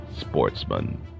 sportsman